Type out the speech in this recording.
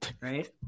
right